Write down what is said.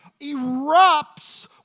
erupts